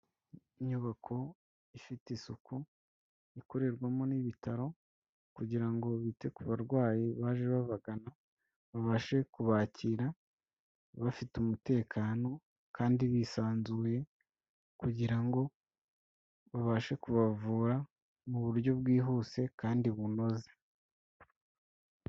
Inyubako ifite isuku, ikorerwamo n'ibitaro kugira ngo bite ku barwayi baje babagana, babashe kubakira bafite umutekano kandi bisanzuye kugira ngo babashe kubavura mu buryo bwihuse kandi bunoze.